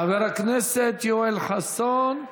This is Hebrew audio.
חבר הכנסת יואל חסון.